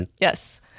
Yes